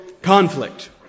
conflict